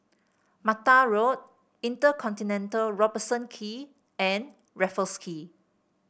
Mattar Road InterContinental Robertson Quay and Raffles Quay